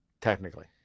technically